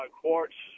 quartz